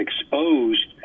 exposed